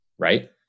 right